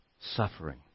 suffering